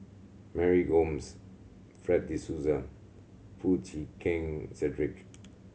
Mary Gomes Fred De Souza and Foo Chee Keng Cedric